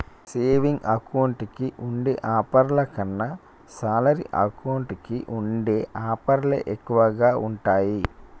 saving account కి ఉండే ఆఫర్ల కన్నా శాలరీ అకౌంట్ కి ఉండే ఆఫర్లే ఎక్కువగా ఉంటాయి